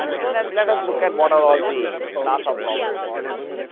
and then, let us look at what are all the class of problem that they can